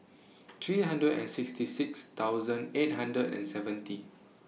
three hundred and sixty six thousand eight hundred and seventy